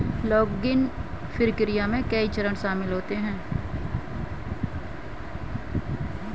logging प्रक्रिया में कई चरण शामिल होते है